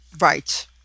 right